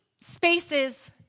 spaces